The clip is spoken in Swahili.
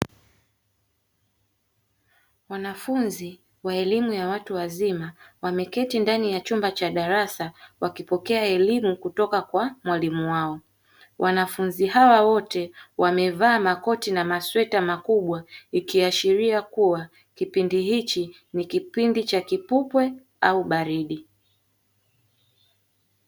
Wanafunzi wa elimu ya watu wazima wameketi ndani ya chumba cha darasa wakipokea elimu kutoka kwa mwalimu wao. Wanafunzi hawa wote wamevaa makoti na masweta makubwa, ikiashiria kuwa kipindi hiki ni kipindi cha kipupwe au baridi.